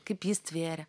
kaip jis tvėrė